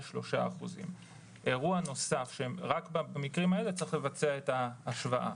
3%. רק במקרים האלה צריך לבצע את ההשוואה.